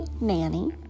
Nanny